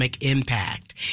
impact